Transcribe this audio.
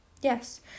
Yes